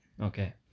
Okay